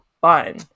fun